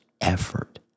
effort